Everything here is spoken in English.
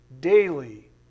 daily